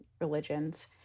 religions